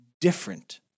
different